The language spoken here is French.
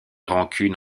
rancune